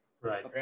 Right